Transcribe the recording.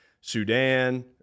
Sudan